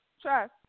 trust